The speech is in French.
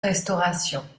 restauration